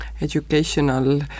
educational